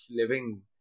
living